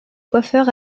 coiffeur